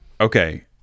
okay